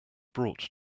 brought